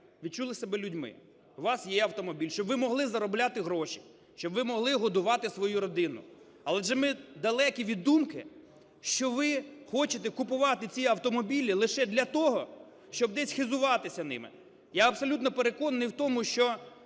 відчули себе людьми – у вас є автомобіль – щоб ви могли заробляти гроші, щоб ви могли годувати свою родину. Адже ми далекі від думки, що ви хочете купувати ці автомобілі лише для того, щоб десь хизуватися ними. Я абсолютно переконаний у тому, що